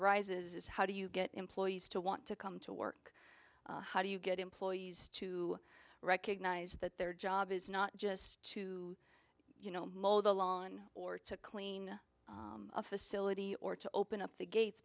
arises is how do you get employees to want to come to work how do you get employees to recognize that their job is not just to you know mow the lawn or to clean a facility or to open up the gates